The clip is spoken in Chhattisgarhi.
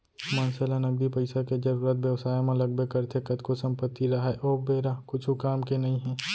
मनसे ल नगदी पइसा के जरुरत बेवसाय म लगबे करथे कतको संपत्ति राहय ओ बेरा कुछु काम के नइ हे